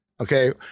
Okay